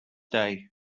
day